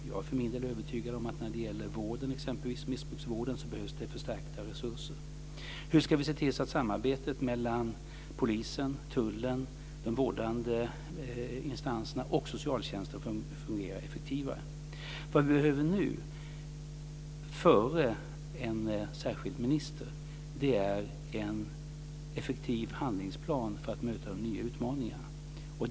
Jag för min del är övertygad om att det behövs förstärkta resurser när det gäller exempelvis missbruksvården. Vad vi behöver nu, före en särskild minister, är en effektiv handlingsplan för att möta de nya utmaningarna.